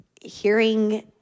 hearing